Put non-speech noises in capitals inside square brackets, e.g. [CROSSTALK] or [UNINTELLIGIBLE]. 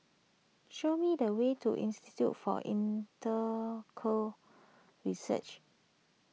show me the way to Institute for [UNINTELLIGIBLE] Research